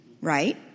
Right